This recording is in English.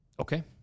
Okay